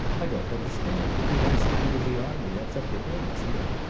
i don't understand. if he wants to enter the army, that's up to him, isn't it?